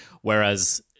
whereas